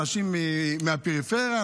אנשים מהפריפריה,